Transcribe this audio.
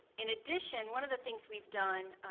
in addition, one of the things we've done,